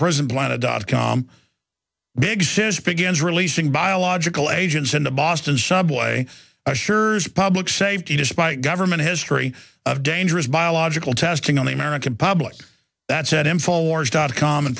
prison planet dot com big sis begins releasing biological agents in the boston subway ussher's public safety despite government history of dangerous biological testing on the american public that said in four wars dot com and